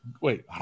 Wait